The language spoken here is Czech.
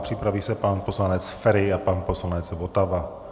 Připraví se pan poslanec Feri a pan poslanec Votava.